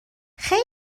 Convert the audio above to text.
خیلی